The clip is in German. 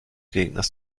gegners